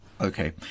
okay